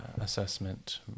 assessment